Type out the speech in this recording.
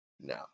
No